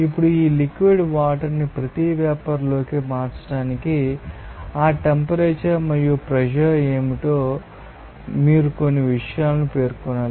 ఇప్పుడు ఈ లిక్విడ్ వాటర్ని ప్రతి వేపర్ లోకి మార్చడానికి ఆ టెంపరేచర్ మరియు ప్రెషర్ ఏమిటో మీరు కొన్ని విషయాలను పేర్కొనాలి